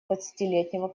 двадцатилетнего